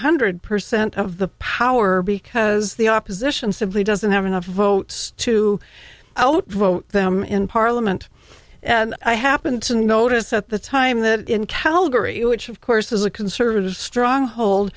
hundred percent of the power because the opposition simply doesn't have enough votes to vote them in parliament and i happened to notice at the time that in calgary which of course is a conservative stronghold